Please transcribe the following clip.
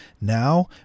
now